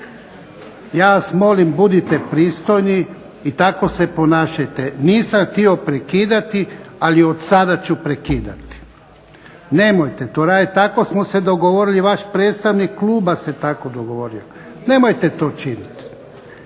ja vas molim budite pristojni i tako se ponašajte. Nisam htio prekidati, ali od sada ću prekidati. Nemojte to raditi. Tako smo se dogovorili, vaš predstavnik kluba se tako dogovorio. Nemojte to činiti.